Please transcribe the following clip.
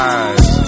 eyes